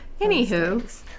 Anywho